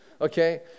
Okay